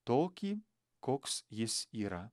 tokį koks jis yra